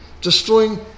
destroying